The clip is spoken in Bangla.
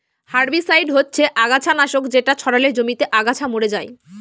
হার্বিসাইড হচ্ছে আগাছা নাশক যেটা ছড়ালে জমিতে আগাছা মরে যায়